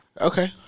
Okay